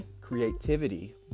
creativity